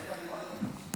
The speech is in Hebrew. איך אמורה?